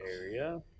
area